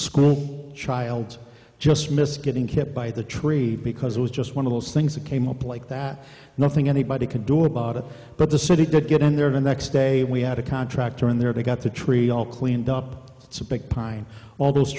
school child just missed getting hit by the tree because it was just one of those things that came up like that nothing anybody could do about it but the city did get in there the next day we had a contractor in there they got the tree all cleaned up it's a big pine all those